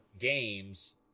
games